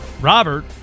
Robert